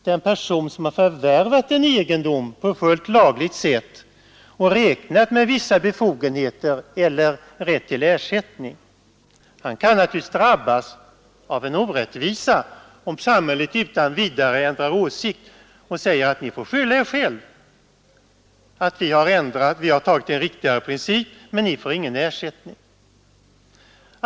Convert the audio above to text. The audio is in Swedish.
Den person, som har förvärvat en egendom på ett fullt lagligt sätt och räknat med vissa befogenheter eller rätt till ersättning, kan naturligtvis drabbas av en orättvisa om samhället utan vidare ändrar åsikt och säger att ni får skyila er själv — vi har antagit en riktigare princip, men ni får ingen ersättning.